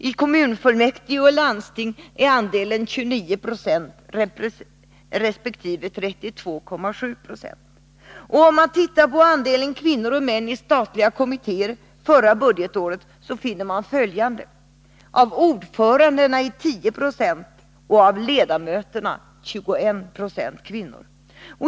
I kommunfullmäktige och landsting är andelen kvinnor 29 resp. 32,7 Zo. Om man tittar på andelen kvinnor/män i statliga kommittéer förra budgetåret, finner man följande: Av ordförandena är 10 90 kvinnor, och av ledamöterna är 21 96 kvinnor.